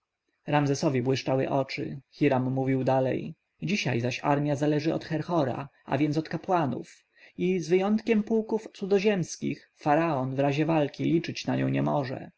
ramzesowi błyszczały oczy hiram mówił dalej dzisiaj zaś armja zależy od herhora a więc od kapłanów i z wyjątkiem pułków cudzoziemskich faraon w razie walki liczyć na nią nie może